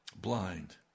blind